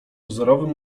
wzorowym